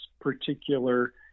particular